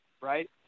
right